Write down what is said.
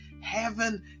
heaven